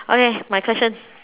okay my question